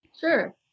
Sure